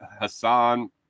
Hassan